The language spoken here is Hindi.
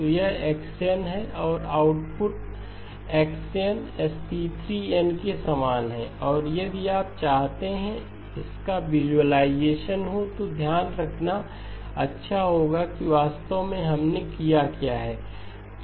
तो यह xn है और output x n C3 n के समान है और यदि आप चाहते हैं कि इसका विषुअलाइज़ेशन हो तो यह ध्यान रखना अच्छा होगा कि वास्तव में हमने क्या किया है